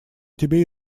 тебе